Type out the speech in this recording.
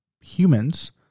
humans